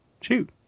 shoot